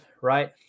right